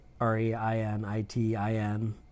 R-E-I-N-I-T-I-N